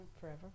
forever